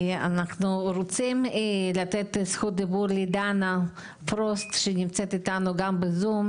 אנחנו רוצים לתת את זכות הדיבור לדנה פרוסט שנמצאת איתנו גם בזום,